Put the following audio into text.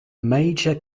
major